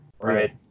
Right